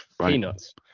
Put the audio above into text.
peanuts